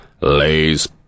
Lay's